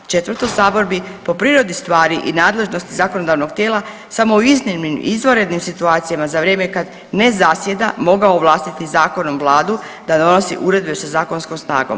Četvrto, Sabor bi po prirodi stvari i nadležnosti zakonodavnog tijela samo u iznimnim, izvanrednim situacijama za vrijeme kad ne zasjeda mogao ovlastiti zakonom Vladu da donosi uredbe sa zakonskom snagom.